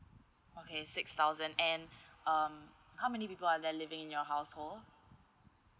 okay six thousand and um how many people are there living in your household